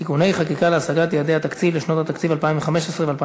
(תיקוני חקיקה להשגת יעדי התקציב לשנות התקציב 2015 ו-2016),